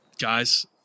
guys